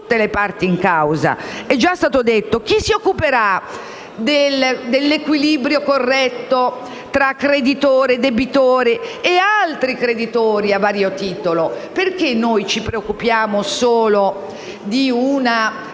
è già stato detto, chi si occuperà dell'equilibrio corretto tra creditore, debitore e altri creditori a vario titolo? Perché ci preoccupiamo solo di